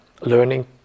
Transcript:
learning